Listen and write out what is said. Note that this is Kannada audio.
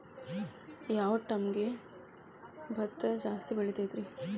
ಯಾವ ಟೈಮ್ಗೆ ಭತ್ತ ಜಾಸ್ತಿ ಬೆಳಿತೈತ್ರೇ?